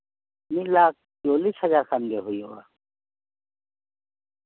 ᱢᱤᱫ ᱞᱟᱠᱷ ᱪᱚᱞᱞᱤᱥ ᱦᱟᱡᱟᱨ ᱜᱟᱱᱜᱮ ᱦᱩᱭᱩᱜᱼᱟ